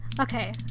Okay